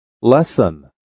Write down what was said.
Lesson